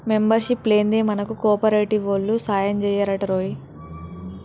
membership లేందే మనకు కోఆపరేటివోల్లు సాయంజెయ్యరటరోయ్